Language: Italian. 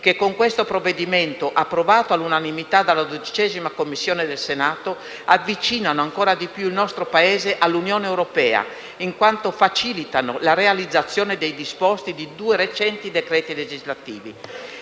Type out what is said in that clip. che con il provvedimento in argomento, approvato all'unanimità dalla 12a Commissione del Senato, avvicinano ancora di più il nostro Paese all'Unione europea, in quanto facilitano la realizzazione dei disposti di due recenti decreti legislativi.